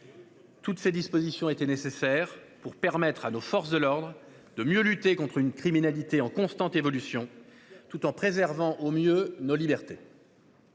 Toutes ces dispositions étaient nécessaires pour permettre à nos forces de l'ordre de mieux lutter contre une criminalité en constante évolution, tout en préservant nos libertés.